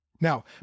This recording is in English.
Now